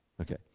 okay